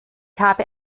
habe